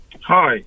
Hi